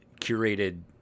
curated